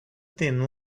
thin